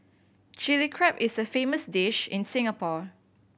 Chilli Crab is a famous dish in Singapore